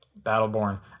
Battleborn